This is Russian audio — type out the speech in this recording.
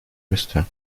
места